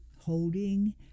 holding